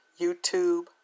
YouTube